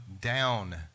down